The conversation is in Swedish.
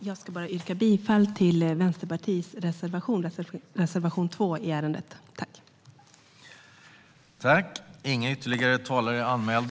Jag vill bara yrka bifall till Vänsterpartiets reservation 2 i ärendet. Kommissionens arbetsprogram 2016